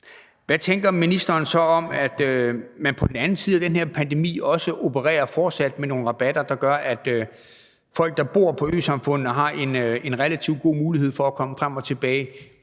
hvad tænker ministeren så om, at man på den anden side af den her pandemi fortsat opererer med nogle rabatter, der gør, at folk, der bor på øsamfund, har en relativt god mulighed for at komme frem og tilbage,